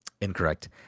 Incorrect